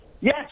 yes